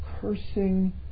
cursing